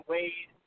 Wade